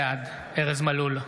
בעד ארז מלול,